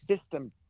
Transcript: system